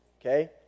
okay